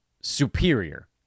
superior